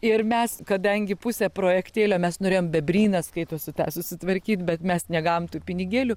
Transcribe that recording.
ir mes kadangi pusė projektėlio mes norėjom bebryną skaitosi tą susitvarkyt bet mes negavom tų pinigėlių